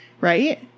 Right